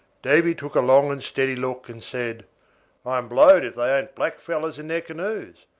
davy took a long and steady look, and said i am blowed if they ain't blackfellows in their canoes.